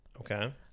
Okay